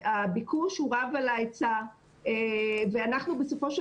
הביקוש הוא רב על ההיצע ואנחנו בסופו של